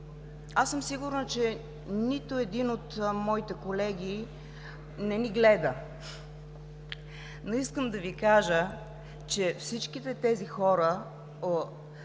Аз съм сигурна, че нито един от моите колеги не ни гледа, но искам да Ви кажа, че всички тези хора